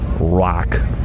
rock